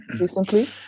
recently